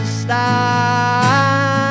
stop